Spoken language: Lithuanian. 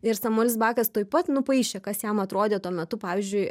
ir samuelis bakas tuoj pat nupaišė kas jam atrodė tuo metu pavyzdžiui